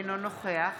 אינו נוכח